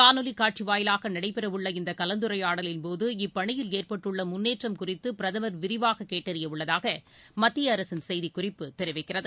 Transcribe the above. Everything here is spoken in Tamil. காணொலிக் காட்சிவாயிலாகநடைபெறவுள்ள இந்தகலந்துரையாடலின்போது இப்பணியில் ஏற்பட்டுள்ளமுன்னேற்றம் குறித்துபிரதமர் விரிவாககேட்டறியவுள்ளதாகமத்தியஅரசின் செய்திக் குறிப்பு தெரிவிக்கிறது